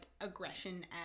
aggression